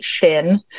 thin